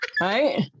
Right